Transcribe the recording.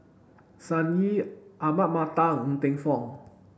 Sun Yee Ahmad Mattar Ng Teng Fong